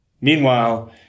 Meanwhile